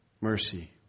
mercy